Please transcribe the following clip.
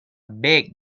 big